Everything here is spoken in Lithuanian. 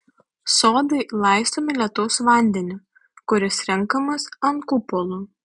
sodai laistomi lietaus vandeniu kuris renkamas ant kupolų